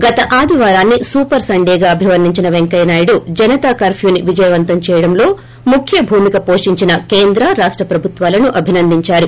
గత ఆదివారాన్ని సూపర్ సండేగా అభివర్ణించిన పెంకయ్య నాయుడు జనతా కర్న్నూని విజయవంతం చేయడంలో ముఖ్య భూమిక పోషించిన కేంద్ర రాష్ట ప్రభుత్వాలను అభినందించారు